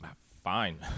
fine